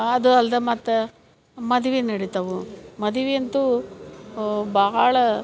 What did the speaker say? ಅದೂ ಅಲ್ಲದೆ ಮತ್ತೆ ಮದ್ವೆ ನಡಿತವು ಮದುವಿ ಅಂತೂ ಭಾಳ